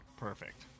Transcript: Perfect